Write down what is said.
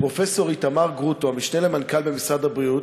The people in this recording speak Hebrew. שפרופסור איתמר גרוטו, המשנה למנכ"ל משרד הבריאות,